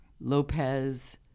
Lopez